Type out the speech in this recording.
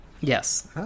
Yes